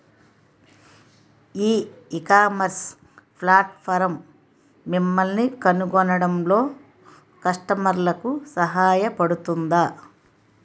ఈ ecommerce platform మిమ్మల్ని కనుగొనడంలో కస్టమర్లకు సహాయపడుతుందా?